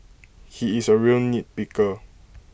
he is A real nitpicker